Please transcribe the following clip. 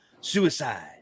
suicide